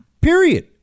period